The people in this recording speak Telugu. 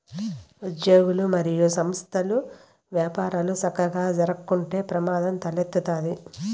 ఉజ్యోగులు, మరియు సంస్థల్ల యపారాలు సక్కగా జరక్కుంటే ప్రమాదం తలెత్తతాది